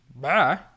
bye